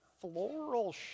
floral